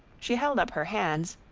she held up her hands,